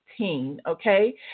Okay